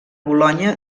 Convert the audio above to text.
bolonya